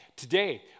today